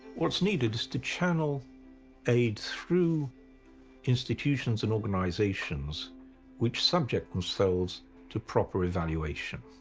what's needed is to channel aid through institutions and organizations which subject themselves to proper evaluation